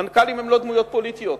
מנכ"לים הם לא דמויות פוליטיות.